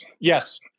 yes